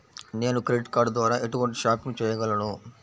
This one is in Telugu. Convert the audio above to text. నేను క్రెడిట్ కార్డ్ ద్వార ఎటువంటి షాపింగ్ చెయ్యగలను?